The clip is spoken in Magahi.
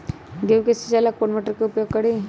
गेंहू के सिंचाई ला कौन मोटर उपयोग करी?